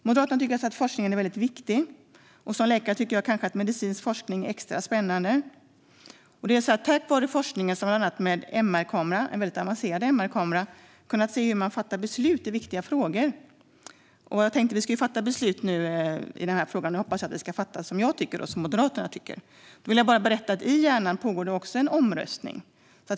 Moderaterna tycker alltså att forskningen är väldigt viktig. Som läkare tycker jag att medicinsk forskning är extra spännande. Tack vare forskningen har jag med en avancerad MR-kamera kunnat se hur människor fattar beslut i viktiga frågor. Jag tänkte att vi skulle fatta beslut i den här frågan och hoppas att ni ska besluta på samma sätt som jag och Moderaterna. Då vill jag berätta att det i hjärnan också pågår en omröstning.